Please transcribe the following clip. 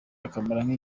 akamara